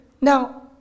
Now